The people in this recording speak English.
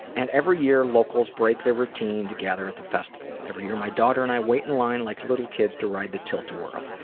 and every year locals break their routine to gather at the festival. every year my daughter and i wait in line like little kids to ride the tilt-a-whirl.